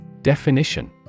Definition